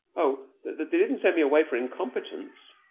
oh, they didn't send me away for incompetence.